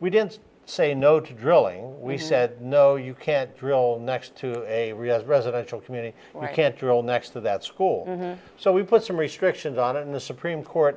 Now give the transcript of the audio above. we didn't say no to drilling we said no you can't drill next to a real residential community can't drill next to that school so we put some restrictions on it and the supreme court